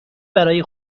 برای